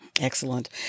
Excellent